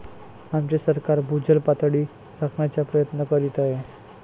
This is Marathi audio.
आमचे सरकार भूजल पातळी राखण्याचा प्रयत्न करीत आहे